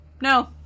no